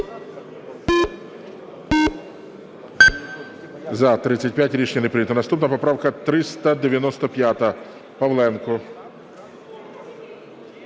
За-35 Рішення не прийнято. Наступна поправка 395, Павленко.